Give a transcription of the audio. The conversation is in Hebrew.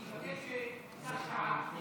אני מבקש, קח שעה.